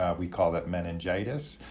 ah we call that meningitis.